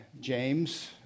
James